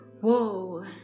whoa